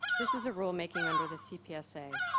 this is a rule-making under the cpsa.